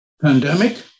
pandemic